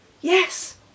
Yes